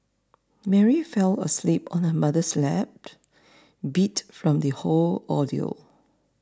Mary fell asleep on her mother's lap beat from the whole ordeal